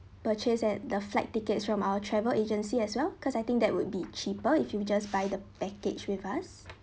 purchase at the flight tickets from our travel agency as well cause I think that would be cheaper if you just buy the package with us